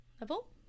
Level